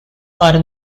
are